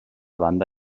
banda